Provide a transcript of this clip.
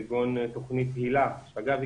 כגון תוכנית היל"ה שאגב,